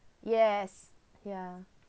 yes ya